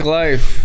life